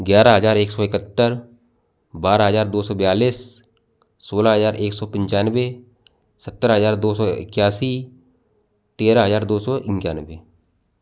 ग्यारह हजार एक सौ इकहत्तर बारह हजार दो सौ बयालिस सोलह हजार एक सौ पिंचानबे सत्तर हजार दो सौ इक्यासी तेरह हजार दो सौ इंक्यानबे